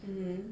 um